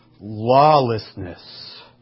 lawlessness